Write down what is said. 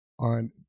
on